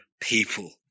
people